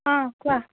অঁ কোৱা